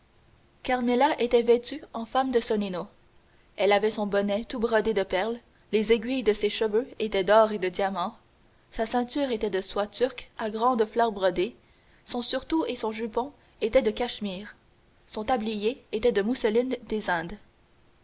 carmela était vêtue en femme de sonino elle avait son bonnet tout brodé de perles les aiguilles de ses cheveux étaient d'or et de diamants sa ceinture était de soie turque à grandes fleurs brochées son surtout et son jupon étaient de cachemire son tablier était de mousseline des indes